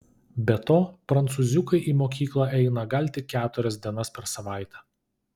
be to prancūziukai į mokyklą eina gal tik keturias dienas per savaitę